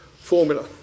formula